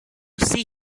see